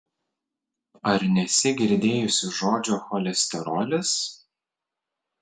ar nesi girdėjusi žodžio cholesterolis